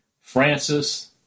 Francis